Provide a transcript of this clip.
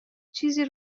چیزی